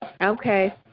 Okay